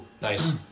nice